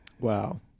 Wow